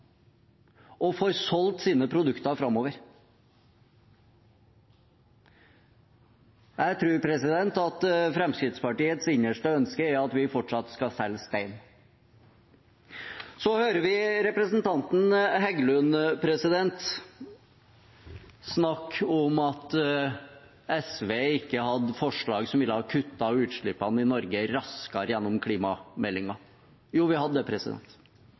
og får solgt produktene sine framover. Jeg tror Fremskrittspartiets innerste ønske er at vi fortsatt skal selge stein. Så hører vi representanten Heggelund snakke om at SV ikke hadde forslag som ville ha kuttet utslippene i Norge raskere gjennom klimameldingen. Jo, vi hadde det.